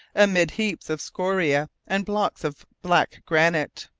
amid heaps of scoria and blocks of black granite.